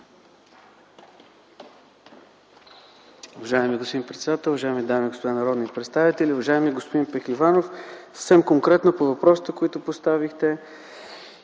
Уважаеми господин председател, уважаеми дами и господа народни представители, уважаеми господин Пехливанов! Съвсем конкретно по въпросите, които поставихте.